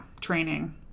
training